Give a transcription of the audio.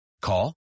Call